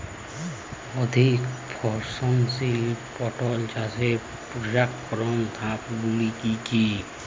অধিক ফলনশীল পটল চাষের পর্যায়ক্রমিক ধাপগুলি কি কি?